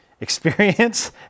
Experience